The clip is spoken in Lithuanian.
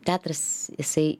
teatras jisai